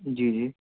جی جی